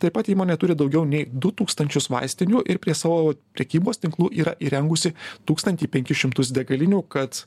taip pat įmonė turi daugiau nei du tūkstančius vaistinių ir prie savo prekybos tinklų yra įrengusi tūkstantį penkis šimtus degalinių kad